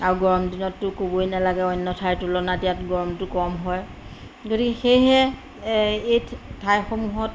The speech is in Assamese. আৰু গৰম দিনততো ক'বই নালাগে অন্য ঠাইৰ তুলনাত ইয়াত গৰমটো কম হয় গতিকে সেয়েহে এই ঠাইসমূহত